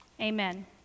Amen